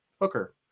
hooker